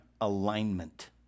alignment